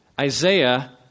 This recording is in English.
Isaiah